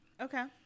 Okay